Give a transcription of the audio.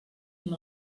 amb